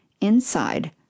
inside